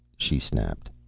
she snapped.